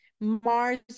mars